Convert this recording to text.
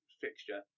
fixture